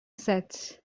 sets